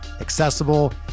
accessible